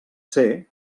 ser